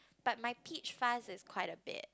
but my peach fuzz is quite a bit